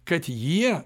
kad jie